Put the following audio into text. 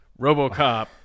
RoboCop